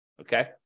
Okay